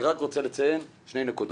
אני רק רוצה לציין שתי נקודות: